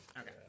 Okay